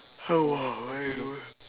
!aiyo!